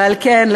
ועל כן,